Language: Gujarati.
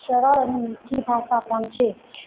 સરળ અને મિઠ્ઠી ભાષા પણ છે